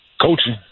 Coaching